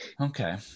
Okay